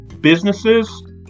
businesses